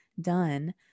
done